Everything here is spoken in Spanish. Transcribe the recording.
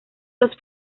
los